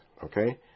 Okay